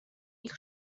ich